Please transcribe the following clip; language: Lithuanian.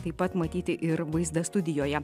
taip pat matyti ir vaizdą studijoje